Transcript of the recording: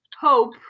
Hope